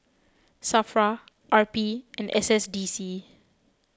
Safra R P and S S D C